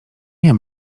nie